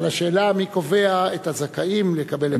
אבל השאלה מי קובע את הזכאים לקבל סיוע.